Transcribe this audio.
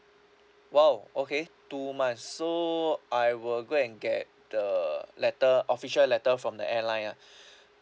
!wow! okay two months so I will go and get the letter official letter from the airline ah